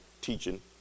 teaching